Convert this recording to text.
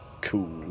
Cool